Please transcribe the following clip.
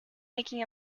making